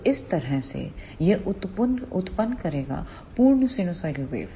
तो इस तरह से यह उत्पन्न करेगा पूर्ण साइनसोइडल वेव